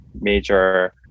major